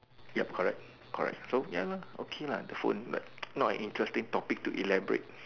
yup correct correct so ya lor okay lah phone is not a interesting topic to elaborate